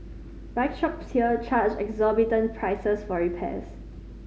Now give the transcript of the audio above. bike shops here charge exorbitant prices for repairs